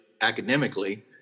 academically